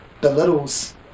belittles